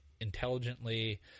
intelligently